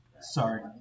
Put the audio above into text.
Sorry